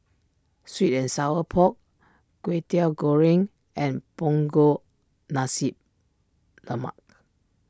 Sweet and Sour Pork Kway Teow Goreng and Punggol Nasi Lemak